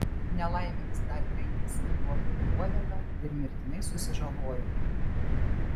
nelaimėlis dar trenkėsi į orlaivio uodegą ir mirtinai susižalojo